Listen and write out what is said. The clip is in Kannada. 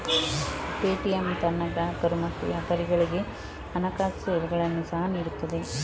ಪೇಟಿಎಮ್ ತನ್ನ ಗ್ರಾಹಕರು ಮತ್ತು ವ್ಯಾಪಾರಿಗಳಿಗೆ ಹಣಕಾಸು ಸೇವೆಗಳನ್ನು ಸಹ ನೀಡುತ್ತದೆ